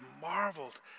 marveled